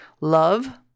love